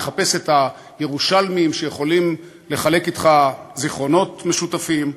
מחפש את הירושלמים שיכולים לחלוק אתך זיכרונות משותפים,